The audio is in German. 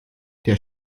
der